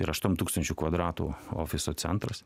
ir aštuom tūkstančių kvadratų ofiso centras